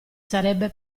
sarebbe